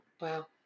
Wow